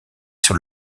sur